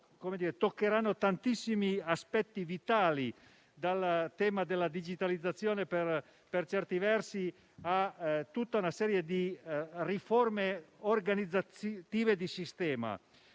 toccheranno tantissimi aspetti vitali: dalla digitalizzazione a tutta una serie di riforme organizzative di sistema;